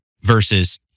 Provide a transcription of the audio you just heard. versus